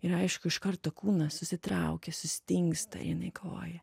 ir aišku iš karto kūnas susitraukia sustingsta ir jinai galvoja